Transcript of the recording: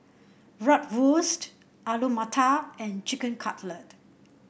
Bratwurst Alu Matar and Chicken Cutlet